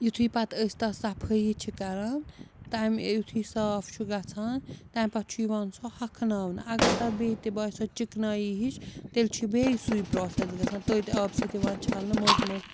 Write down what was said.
یُتھُے پَتہٕ أسۍ تَتھ صَفٲیی چھِ کَران تَمہِ یُتھُے صاف چھُ گَژھان تَمہِ پَتہٕ چھُ یِوان سُہ ہۄکھناونہٕ اگر تَتھ بیٚیہِ تہِ باسیو چِکنایی ہِش تیٚلہِ چھِ بیٚیہِ سُے پرٛاسٮ۪س گژھان تٔتۍ آبہٕ سۭتۍ یِوان چھَلنہٕ مٔٹ مٔٹ